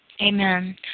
Amen